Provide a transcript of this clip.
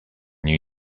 new